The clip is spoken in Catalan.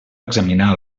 examinar